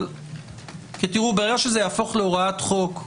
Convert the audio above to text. ברגע שזה יהפוך להוראת חוק,